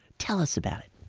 tell us about it